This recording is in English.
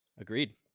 Agreed